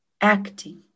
acting